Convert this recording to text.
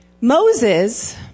Moses